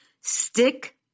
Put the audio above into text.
Stick